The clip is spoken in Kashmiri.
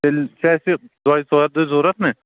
تیٚلہِ چھِ اَسہِ دۄیہِ ژورِ دۅہۍ ضروٗرت نا